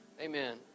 Amen